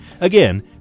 Again